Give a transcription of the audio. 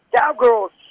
Cowgirls